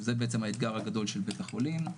זה בעצם האתגר הגדול של בית החולים.